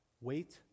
Wait